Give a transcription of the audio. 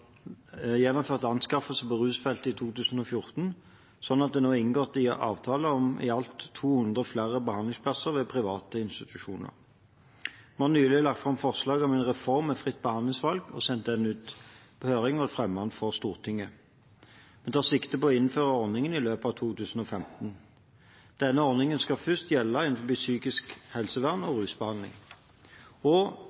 anskaffelser på rusfeltet i 2014, slik at det nå er inngått avtaler om i alt 200 flere behandlingsplasser ved private institusjoner. Vi har nylig lagt fram forslaget om en reform med fritt behandlingsvalg og sendt den ut på høring og fremmet den for Stortinget. Vi tar sikte på å innføre ordningen i løpet av 2015. Denne ordningen skal først gjelde innenfor psykisk helsevern og rusbehandling.